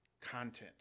content